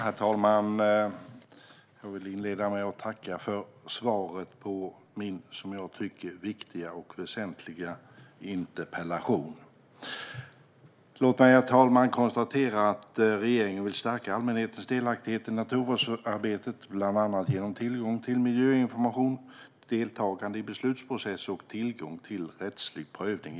Herr talman! Jag vill inleda med att tacka för svaret på min, som jag tycker, viktiga och väsentliga interpellation. Låt mig, herr talman, konstatera att regeringen vill stärka allmänhetens delaktighet i naturvårdsarbetet bland annat genom tillgång till miljöinformation, deltagande i beslutsprocesser och tillgång till rättslig prövning.